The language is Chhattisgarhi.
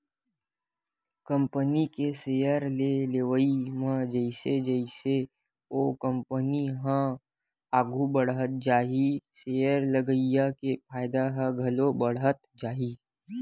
कंपनी के सेयर के लेवई म जइसे जइसे ओ कंपनी ह आघू बड़हत जाही सेयर लगइया के फायदा ह घलो बड़हत जाही